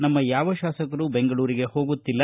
ನಮ್ಮ ಯಾವ ಶಾಸಕರು ಬೆಂಗಳೂರಿಗೆ ಹೋಗುತ್ತಿಲ್ಲ